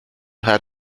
had